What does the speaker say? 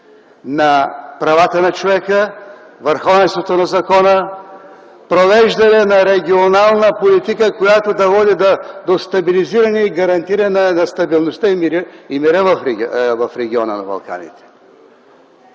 на правата на човека, върховенството на закона, провеждане на регионална политика, която да води до стабилизиране и гарантиране на стабилността и мира в региона на Балканите.